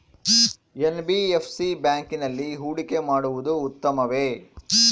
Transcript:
NBFC ಬ್ಯಾಂಕಿನಲ್ಲಿ ಹೂಡಿಕೆ ಮಾಡುವುದು ಉತ್ತಮವೆ?